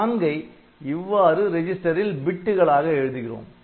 நான்கை இவ்வாறு ரிஜிஸ்டரில் பிட்டுகளாக எழுதுகிறோம்